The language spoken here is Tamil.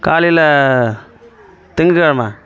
காலையில் திங்ககிழம